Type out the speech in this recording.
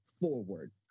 forward